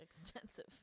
extensive